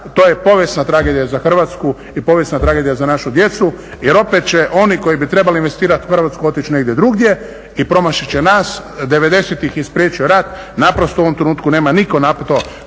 to je povijesna tragedija za Hrvatsku i povijesna tragedija za našu djecu jer opet će oni koji bi trebali investirati u Hrvatsku otići negdje drugdje i promašit će nas. Devedesetih ih je spriječio rat, naprosto u ovom trenutku nema nitko na to